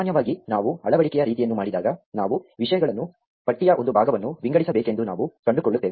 ಸಾಮಾನ್ಯವಾಗಿ ನಾವು ಅಳವಡಿಕೆಯ ರೀತಿಯನ್ನು ಮಾಡಿದಾಗ ನಾವು ವಿಷಯಗಳನ್ನು ಪಟ್ಟಿಯ ಒಂದು ಭಾಗವನ್ನು ವಿಂಗಡಿಸಬೇಕೆಂದು ನಾವು ಕಂಡುಕೊಳ್ಳುತ್ತೇವೆ